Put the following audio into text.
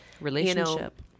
relationship